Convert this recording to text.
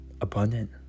abundant